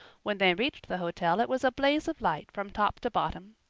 when they reached the hotel it was a blaze of light from top to bottom.